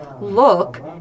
Look